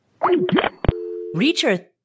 Reacher